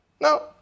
No